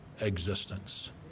existence